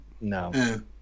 no